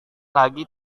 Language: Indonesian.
lagi